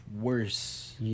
worse